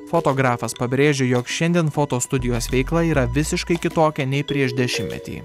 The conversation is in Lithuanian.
fotografas pabrėžia jog šiandien fotostudijos veikla yra visiškai kitokia nei prieš dešimtmetį